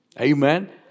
Amen